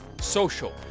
social